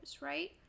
right